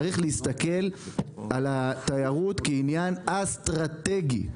צריך להסתכל על התיירות כעניין אסטרטגי.